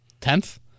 Tenth